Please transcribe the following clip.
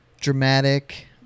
dramatic